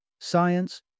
Science